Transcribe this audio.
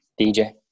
DJ